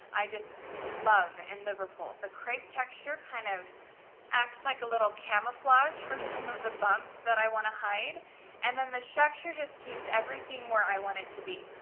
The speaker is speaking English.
i just love in liverpool. the crepe texture kind of acts like a little camouflage for some of the bumps that i wanna hide and then the structure just keeps everything where i want it to be.